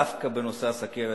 דווקא בנושא הסוכרת,